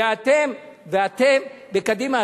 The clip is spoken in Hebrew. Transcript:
ואתם בקדימה,